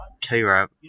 K-Rap